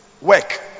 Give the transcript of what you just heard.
work